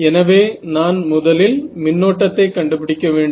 எனவே நான் முதலில் மின்னோட்டத்தை கண்டுபிடிக்க வேண்டும்